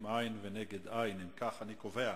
שמתנהגים בה באלימות כלפי קשישים.